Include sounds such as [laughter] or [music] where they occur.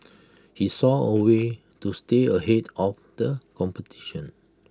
[noise] he saw A way to stay ahead of the competition